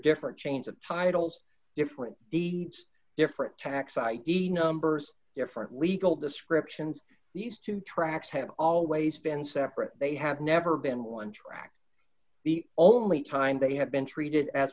different chains of titles different deeds different tax id numbers different legal descriptions these two tracks have always been separate they have never been one tracked the only time they have been treated as